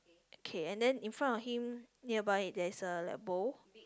okay and then in front of him nearby there's a like bowl